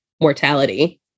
mortality